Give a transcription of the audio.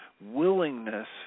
willingness